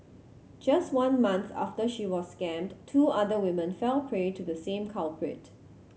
just one month after she was scammed two other women fell prey to the same culprit